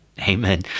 Amen